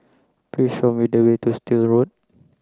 please show me the way to Still Road